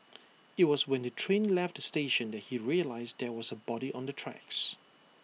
IT was when the train left the station that he realised there was A body on the tracks